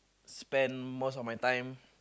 spend most of my time